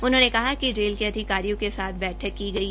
उन्होंने कहा कि जेल के अधिकारियों के साथ की गई बैठक की गई